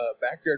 backyard